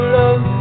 love